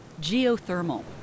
Geothermal